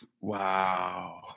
Wow